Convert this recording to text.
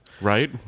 Right